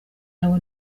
nabo